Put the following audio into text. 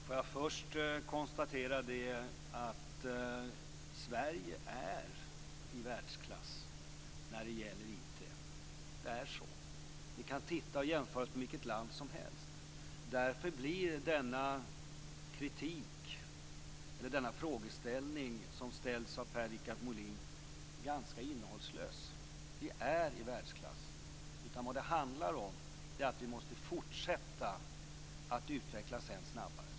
Fru talman! Jag konstaterar att Sverige är i världsklass när det gäller IT. Det är så. Vi kan jämföra oss med vilket land som helst. Därför blir Per Richard Moléns frågeställning ganska innehållslös. Vi är i världsklass. Det handlar om att vi måste fortsätta att utvecklas ännu snabbare.